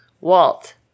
Walt